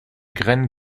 graines